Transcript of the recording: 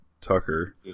Tucker